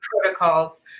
protocols